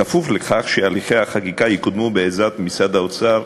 בכפוף לכך שהליכי החקיקה יקודמו בעזרת משרד האוצר,